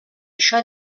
això